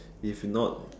if not